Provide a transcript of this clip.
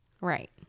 right